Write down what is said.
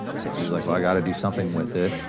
so, he was like, i gotta do something with it.